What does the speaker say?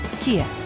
Kia